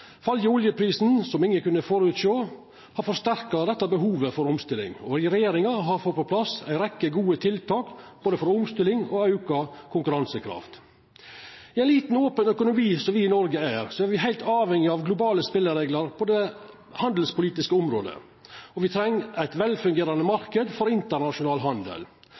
Fallet i oljeprisen, som ingen kunne føresjå, har forsterka dette behovet for omstilling, og regjeringa har fått på plass ei rekkje gode tiltak for både omstilling og auka konkurransekraft. I ein liten open økonomi, som me i Noreg er, er me heilt avhengige av globale spelereglar på det handelspolitiske området, og me treng ein velfungerande marknad for internasjonal handel.